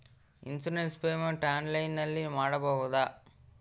Insurance payment ಆನ್ಲೈನಿನಲ್ಲಿ ಮಾಡಬಹುದಾ?